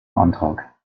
antrag